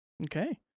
Okay